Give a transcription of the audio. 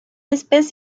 espèce